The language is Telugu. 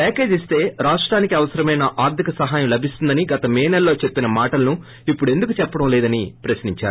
ప్యాకేజీ ఇస్తే రాష్టానికి అవసరమైన ఆర్ధిక సాయం లభిస్తుందని గత మే నెలలో చెప్పిన మాటొలను ఇప్పుడు ఎందుకు చెప్పడం లేదని ఆయన ప్రశ్నించారు